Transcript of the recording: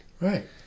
right